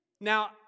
Now